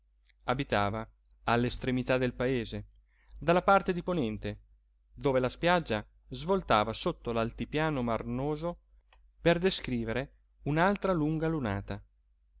abitava all'estremità del paese dalla parte di ponente dove la spiaggia svoltava sotto l'altipiano marnoso per descrivere un'altra lunga lunata